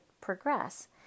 progress